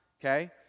okay